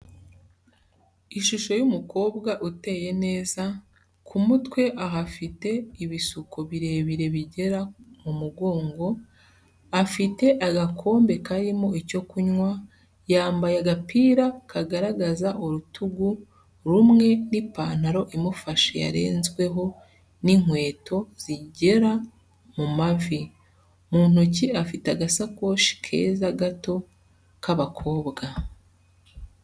Ishusho y'umukobwa uteye neza, ku mutwe ahafite ibisuko birebire bigera mu mugongo, afite agakombe karimo icyo kunywa, yambaye agapira kagaragaza urutugu rumwe n'ipantaro imufashe yarenzweho n'inkweto zigera mu mavi, mu ntoki afite agasakoshi keza gato k'abakobwa.